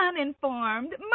uninformed